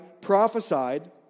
prophesied